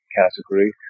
category